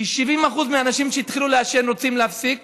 כי 70% מהאנשים שהתחילו לעשן רוצים להפסיק